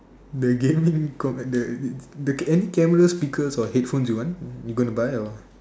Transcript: the gaming con~ the the any cameras speakers or headphones you want you gonna buy or